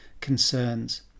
concerns